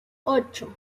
ocho